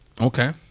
okay